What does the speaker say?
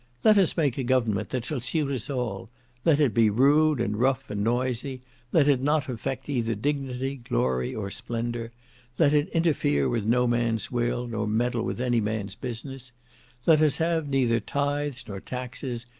let us make a government that shall suit us all let it be rude, and rough, and noisy let it not affect either dignity, glory, or splendour let it interfere with no man's will, nor meddle with any man's business let us have neither tithes nor taxes,